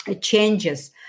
changes